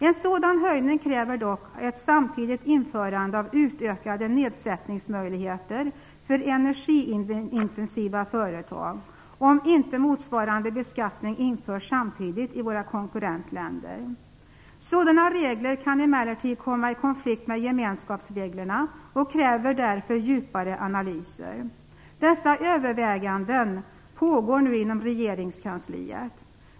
En sådan höjning kräver dock ett samtidigt införande av utökade nedsättningsmöjligheter för energiintensiva företag, om inte motsvarande beskattning införs samtidigt i våra konkurrentländer. Sådana regler kan emellertid komma i konflikt med gemenskapsreglerna och kräver därför djupare analyser. Dessa överväganden pågår nu inom regeringskansliet.